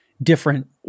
different